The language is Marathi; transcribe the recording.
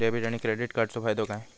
डेबिट आणि क्रेडिट कार्डचो फायदो काय?